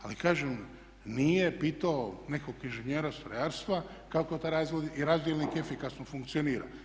Ali kažem nije pitao nekog inženjera strojarstva kako taj razdjelnik efikasno funkcionira.